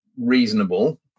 reasonable